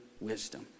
wisdom